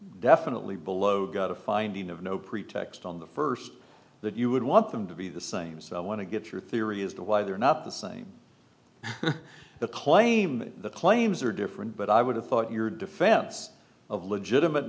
definitely below got a finding of no pretext on the first that you would want them to be the same so i want to get your theory as to why they are not the same the claim that the claims are different but i would have thought your defense of legitimate